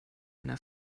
eine